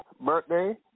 birthday